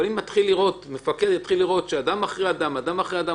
אבל אם מפקד יתחיל לראות שאדם אחרי אדם מגיע,